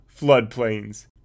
floodplains